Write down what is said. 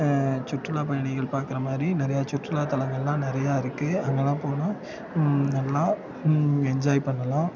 சுற்றுலாப் பயணிகள் பாக்கிற மாதிரி நிறையா சுற்றுலாத்தலங்கள்லாம் நிறையா இருக்குது அங்கேலாம் போனால் நல்லா என்ஜாய் பண்ணலாம்